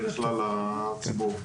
לכלל הציבור.